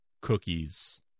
cookies